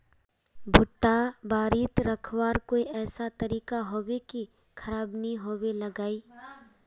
भुट्टा बारित रखवार कोई ऐसा तरीका होबे की खराब नि होबे लगाई?